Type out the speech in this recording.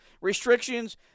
Restrictions